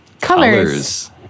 Colors